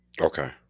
Okay